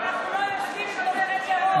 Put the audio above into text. אנחנו לא יושבים עם תומכי טרור,